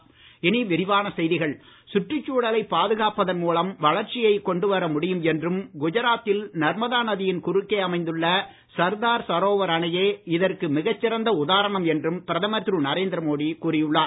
மோடி அணை சுற்றுச்சூழலை பாதுகாப்பதன் மூலம் வளர்ச்சியைக் கொண்டு வர முடியும் என்றும் குஜராத்தில் நர்மதா நதியின் குறுக்கே அமைந்துள்ள சர்தார் சரோவர் அணையே இதற்கு மிகச் சிறந்த உதாரணம் என்றும் பிரதமர் திரு நரேந்திரமோடி கூறி உள்ளார்